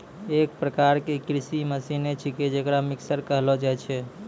एक प्रकार क कृषि मसीने छिकै जेकरा मिक्सर कहलो जाय छै